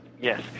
Yes